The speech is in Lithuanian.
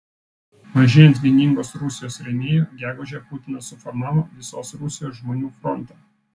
mažėjant vieningos rusijos rėmėjų gegužę putinas suformavo visos rusijos žmonių frontą